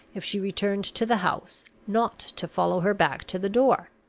if she returned to the house, not to follow her back to the door.